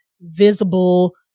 visible